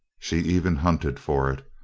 she even hunted for it,